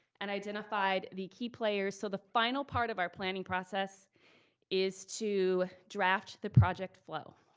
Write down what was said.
and identified the key players. so the final part of our planning process is to draft the project flow.